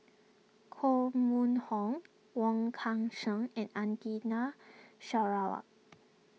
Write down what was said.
Koh Mun Hong Wong Kan Seng and Atina Sarawak